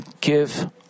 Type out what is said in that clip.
give